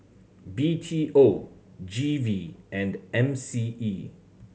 B T O G V and M C E